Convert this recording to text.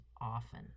often